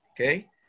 Okay